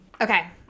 Okay